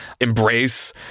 embrace